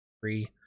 free